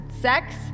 Sex